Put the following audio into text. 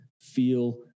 feel